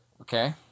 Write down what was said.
Okay